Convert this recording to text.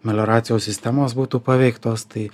melioracijos sistemos būtų paveiktos tai